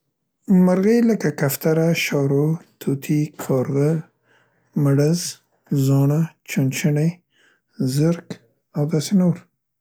مرغۍ لکه کوتره، شارو، طوطي، کارغه، مړز، زاڼه، چنچڼې، زرک او داسې نور.